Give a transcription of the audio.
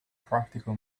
practical